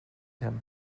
him